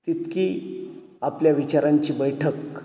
तितकी आपल्या विचारांची बैठक